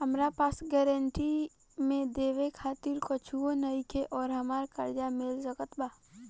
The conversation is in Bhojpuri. हमरा पास गारंटी मे देवे खातिर कुछूओ नईखे और हमरा कर्जा मिल सकत बा?